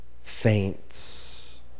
faints